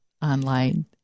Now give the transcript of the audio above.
Online